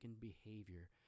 behavior